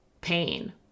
pain